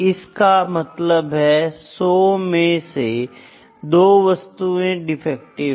इस का मतलब 100 में से 2 वस्तु डिफेक्टिव है